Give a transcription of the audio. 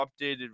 updated